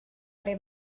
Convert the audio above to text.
haré